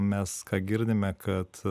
mes ką girdime kad